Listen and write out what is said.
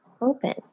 open